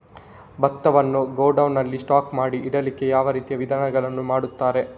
ಭತ್ತವನ್ನು ಗೋಡೌನ್ ನಲ್ಲಿ ಸ್ಟಾಕ್ ಮಾಡಿ ಇಡ್ಲಿಕ್ಕೆ ಯಾವ ರೀತಿಯ ವಿಧಾನಗಳನ್ನು ಮಾಡ್ತಾರೆ?